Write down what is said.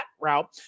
route